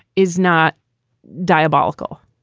is not diabolical